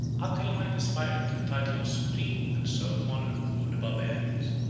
attila might aspire to the title of supreme and sole monarch of the barbarians.